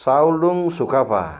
Chaolung Sukaphaa